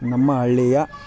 ನಮ್ಮ ಹಳ್ಳಿಯ